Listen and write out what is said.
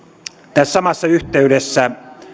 tässä samassa yhteydessä